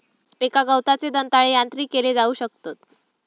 एका गवताचे दंताळे यांत्रिक केले जाऊ शकतत